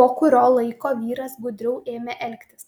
po kurio laiko vyras gudriau ėmė elgtis